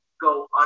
go